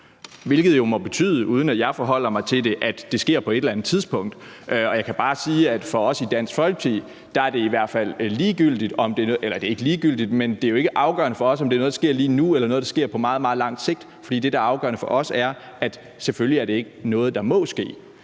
Det må jo betyde, uden at jeg forholder mig til det, at det sker på et eller andet tidspunkt. Jeg kan bare sige, at for os i Dansk Folkeparti er det i hvert fald ligegyldigt, eller det er ikke ligegyldigt, men det er jo ikke afgørende for os, om det er noget, der sker lige nu, eller noget, der sker på meget, meget lang sigt. For det, der er afgørende for os, er, at det selvfølgelig er noget, der ikke